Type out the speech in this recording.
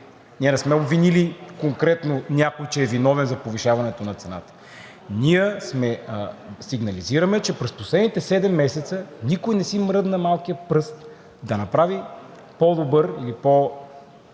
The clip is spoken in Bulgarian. Не сме обвинили конкретно някой, че е виновен за повишаването на цената. Ние сигнализираме, че през последните седем месеца никой не си мръдна малкия пръст да направи подкрепа